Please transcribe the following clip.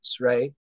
right